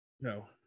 No